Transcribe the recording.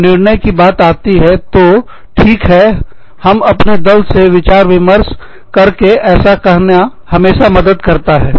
जब निर्णय की बात आती है तोठीक है हम अपने दल से विचार विमर्श करेंगे ऐसा कहना हमेशा मदद करता है